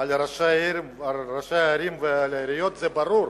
על ראשי ערים ועל עיריות זה ברור,